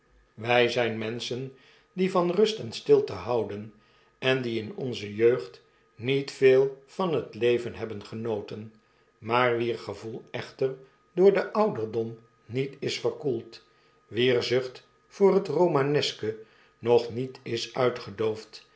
wy zyn menschen die van rust en stilte houden en die in onze jeugd niet veel van het leven hebben genoten maar wier gevoel echter door den ouderdom niet is verkoeld wier zucht voor het romaneske nog niet is uitgedoofd